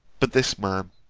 but this man,